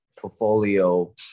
portfolio